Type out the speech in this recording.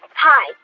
hi.